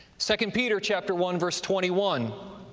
second peter, chapter one, verse twenty one,